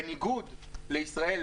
בניגוד לישראל,